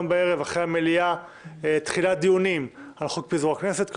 המליאה נתחיל דיונים בחוק פיזור הכנסת.